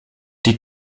die